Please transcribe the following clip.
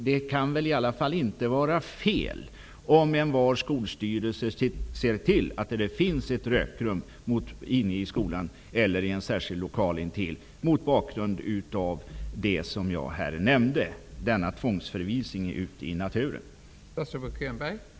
Det kan inte vara fel om en vald skolstyrelse ser till att det finns ett rökrum inne i skolan eller i en särskild lokal intill mot bakgrund av den tvångsförvisning ut i naturen som jag har nämnt här.